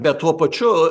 bet tuo pačiu